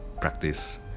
practice